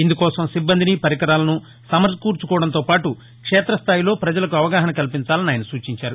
ఇందుకోసం సిబ్బందని పరికరాలను సమకూర్చుకోవడంతోపాటు క్షేతస్టాయిలో ప్రపజలకు అవగాహన కల్పించాలని ఆయన సూచించారు